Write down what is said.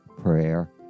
prayer